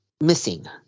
missing